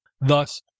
Thus